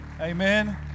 amen